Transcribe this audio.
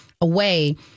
away